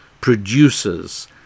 produces